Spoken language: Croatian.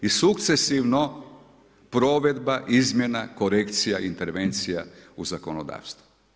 I sukcesivno, provedba izmjena korekcija, intervencija u zakonodavstvu.